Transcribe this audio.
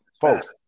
Folks